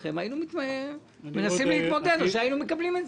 שלכם היינו מנסים להתמודד אתה או שהיינו מקבלים אותה.